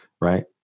right